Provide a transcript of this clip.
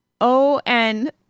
O-N